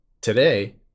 today